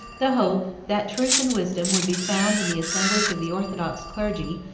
the hope, that truth and wisdom would be found in the assemblies of the orthodox clergy,